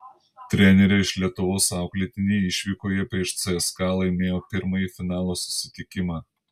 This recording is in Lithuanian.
trenerio iš lietuvos auklėtiniai išvykoje prieš cska laimėjo pirmąjį finalo susitikimą